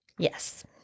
Yes